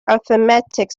arithmetic